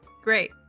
Great